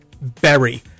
berry